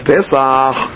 Pesach